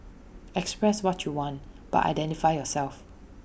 express what you want but identify yourself